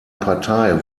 partei